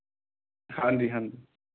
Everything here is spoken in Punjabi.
ਹਾਂਜੀ ਹਾਂਜੀ